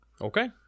Okay